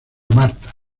marta